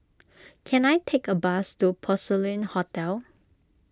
can I take a bus to Porcelain Hotel